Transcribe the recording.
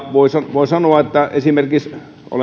voin sanoa että kun esimerkiksi